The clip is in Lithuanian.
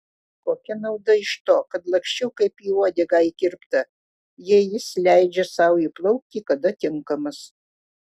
kokia nauda iš to kad laksčiau kaip į uodegą įkirpta jei jis leidžia sau įplaukti kada tinkamas